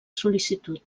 sol·licitud